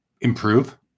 improve